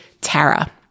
Tara